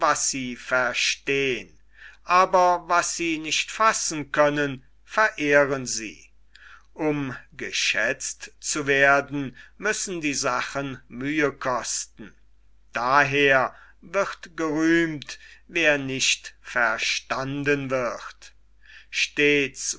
sie verstehn aber was sie nicht fassen können verehren sie um geschätzt zu werden müssen die sachen mühe kosten daher wird gerühmt wer nicht verstanden wird stets